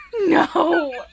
No